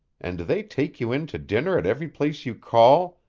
and do they take you in to dinner at every place you call,